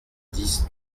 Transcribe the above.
dix